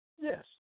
Yes